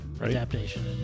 Adaptation